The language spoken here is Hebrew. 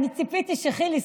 אני ציפיתי שחילי,